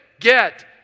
get